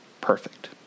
perfect